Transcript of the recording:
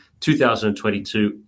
2022